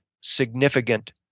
significant